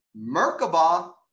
Merkabah